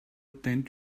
attend